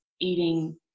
eating